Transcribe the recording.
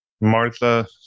Martha